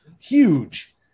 huge